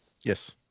Yes